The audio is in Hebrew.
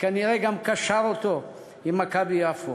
שכנראה גם קשר אותו עם "מכבי יפו".